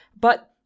But-